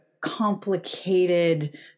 complicated